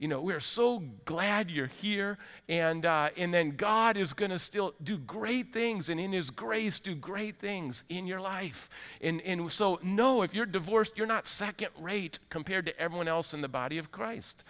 you know we're so glad you're here and then god is going to still do great things and in his grace do great things in your life in which so no if you're divorced you're not second rate compared to everyone else in the body of christ